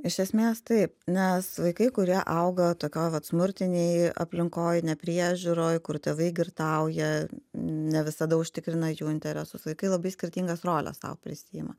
iš esmės taip nes vaikai kurie auga tokioj vat smurtinėj aplinkoj nepriežiūroj kur tėvai girtauja ne visada užtikrina jų interesus vaikai labai skirtingas roles sau prisiima